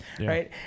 Right